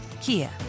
Kia